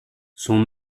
son